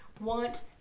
want